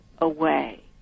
away